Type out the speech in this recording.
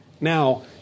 now